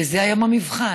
וזה היום המבחן.